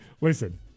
listen